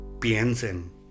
piensen